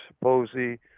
Posey